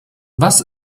was